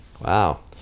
Wow